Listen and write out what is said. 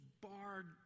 barred